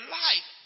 life